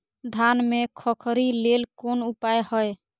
धान में खखरी लेल कोन उपाय हय?